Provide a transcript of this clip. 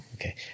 okay